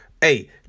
hey